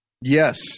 Yes